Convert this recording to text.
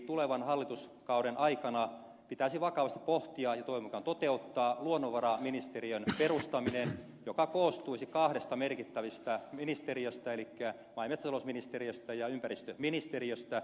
tulevan hallituskauden aikana pitäisi vakavasti tätä pohtia ja toivon mukaan toteuttaa luonnonvaraministeriön perustaminen joka koostuisi kahdesta merkittävästä ministeriöstä elikkä maa ja metsätalousministeriöstä ja ympäristöministeriöstä